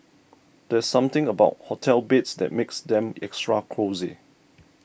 there's something about hotel beds that makes them extra cosy